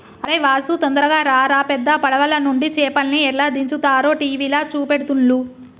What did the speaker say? అరేయ్ వాసు తొందరగా రారా పెద్ద పడవలనుండి చేపల్ని ఎట్లా దించుతారో టీవీల చూపెడుతుల్ను